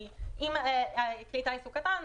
כי אם כלי הטיס הוא קטן,